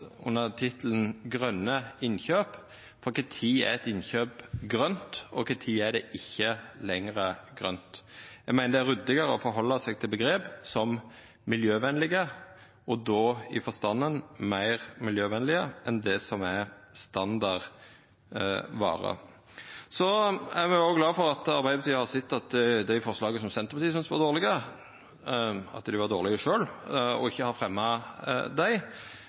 under tittelen grøne innkjøp – for kva tid er eit innkjøp grønt, og kva tid er det ikkje lenger grønt? Eg meiner det er ryddigare å halda seg til omgrep som «miljøvenlege», og då i forstanden meir miljøvenlege enn det som er standard vare. Me er òg glade for at Arbeidarpartiet sjølv har sett at dei forslaga Senterpartiet syntest var dårlege, var dårlege, og at dei ikkje har fremja dei,